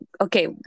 okay